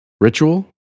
ritual